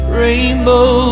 rainbow